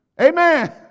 Amen